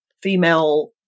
female